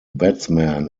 batsman